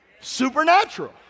supernatural